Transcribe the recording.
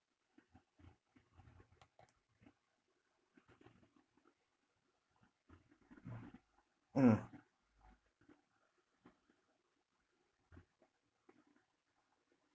mm